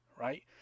right